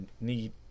need